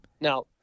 now